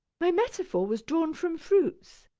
my metaphor was drawn from fruits.